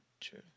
true